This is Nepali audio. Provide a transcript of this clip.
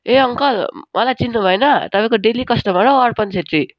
ए अङ्कल मलाई चिन्नु भएन तपाईँको डेली कस्टमर हौ अर्पण छेत्री